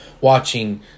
watching